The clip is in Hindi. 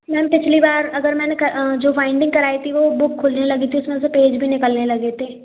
मैम पिछली बार अगर मैंने जो बाइंडिंग कराई थी वो बुक खुलने लगी थी उसमें से पेज भी निकलने लगी थे